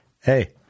hey